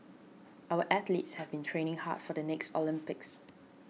our athletes have been training hard for the next Olympics